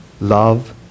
Love